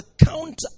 account